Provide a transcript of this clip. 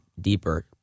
deeper